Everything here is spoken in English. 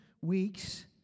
weeks